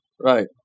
right